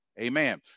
amen